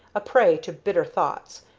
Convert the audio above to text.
a prey to bitter thoughts,